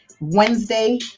Wednesday